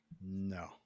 no